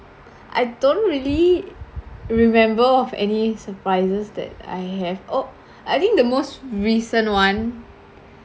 I don't really remember of any surprises that I have oh I think the most recent one